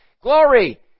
Glory